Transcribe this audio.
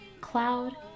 Cloud